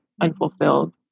unfulfilled